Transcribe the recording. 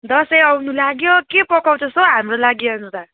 दसैँ आउनु लाग्यो के पकाउँछस् हौ हाम्रो लागि आउँदा